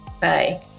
Bye